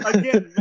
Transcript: Again